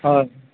হয়